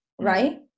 right